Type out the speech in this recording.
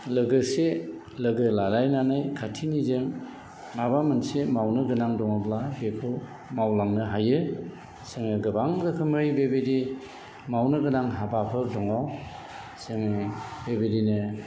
लोगोसे लोगो लालायनानै खाथिनिजों माबा मोनसे मावनो गोनां दङब्ला बेखौ मावलांनो हायो जोङो गोबां रोखोमै बे बायदि मावनो गोनां हाबाफोर दङ जोङो बेबायदिनो